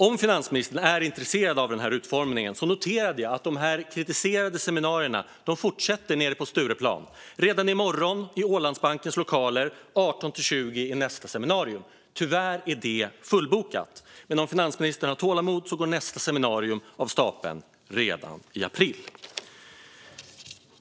Om finansministern är intresserad av utformningen kan jag säga att jag noterade att de kritiserade seminarierna fortsätter på Stureplan. Redan i morgon, klockan 18-20, är nästa seminarium i Ålandsbankens lokaler. Tyvärr är det fullbokat, men nästa seminarium går av stapeln redan i april - om finansministern har tålamod att vänta.